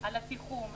על התיחום,